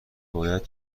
باید